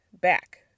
back